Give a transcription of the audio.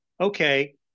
okay